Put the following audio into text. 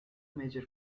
major